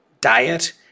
diet